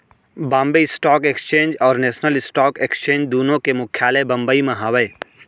Bombay stock exchange और national stock exchange दुनो के मुख्यालय बंबई म हावय